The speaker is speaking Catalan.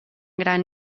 gran